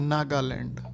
Nagaland